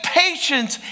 patience